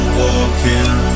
walking